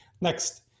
Next